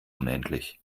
unendlich